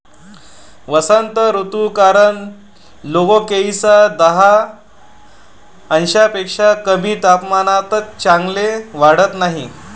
वसंत ऋतू कारण कोलोकेसिया दहा अंशांपेक्षा कमी तापमानात चांगले वाढत नाही